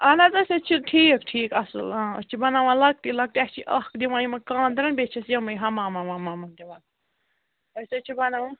اَہَن حظ أسۍ حظ چھِ ٹھیٖک ٹھیٖک اَصٕل آ أسۍ چھِ بَناوان لۅکٹی لۅکٹی اَسہِ چھِ اَکھ دِوان یِمَن کانٛدرَن بیٚیہِ چھِ أسۍ یِمَے ہَمام وَمامَن دِوان أسۍ حظ چھِ بَناوان